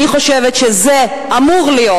אני חושבת שזה אמור להיות,